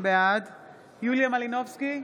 בעד יוליה מלינובסקי,